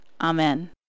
Amen